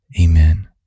amen